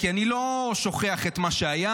כי אני לא שוכח את מה שהיה,